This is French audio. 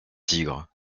tigre